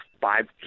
five